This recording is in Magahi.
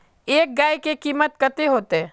एक गाय के कीमत कते होते?